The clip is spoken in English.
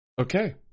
Okay